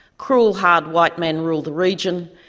cruel, hard white men ruled the region,